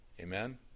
Amen